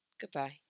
Goodbye